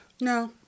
No